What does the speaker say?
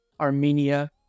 Armenia